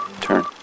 Turn